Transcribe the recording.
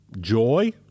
joy